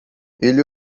ele